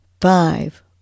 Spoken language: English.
five